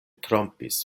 trompis